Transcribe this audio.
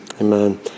Amen